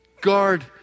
Guard